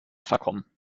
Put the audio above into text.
verkommen